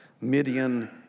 Midian